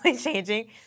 changing